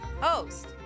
Host